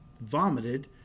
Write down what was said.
vomited